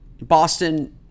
Boston